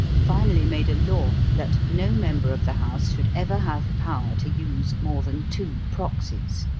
finally made a law that no member of the house should ever have power to use more than two proxies.